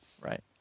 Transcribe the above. Right